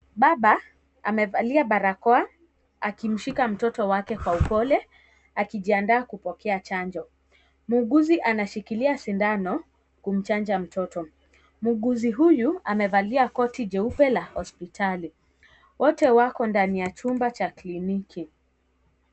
Baba amevalia barakoa akimshika mtoto wake kwa upole akijiandaa kupokea chanjo, muuguzi anashikilia sindano kumchanja mtoto, muuguzi huyu amevalia koti jeupe la hospitali, wote wako ndani ya chumba cha kliniki.